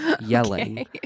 yelling